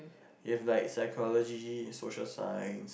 it's have like psychology social science